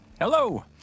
Hello